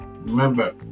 remember